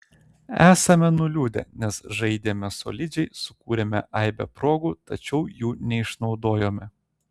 esame nuliūdę nes žaidėme solidžiai sukūrėme aibę progų tačiau jų neišnaudojome